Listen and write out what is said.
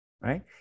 right